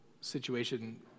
situation